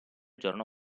giorno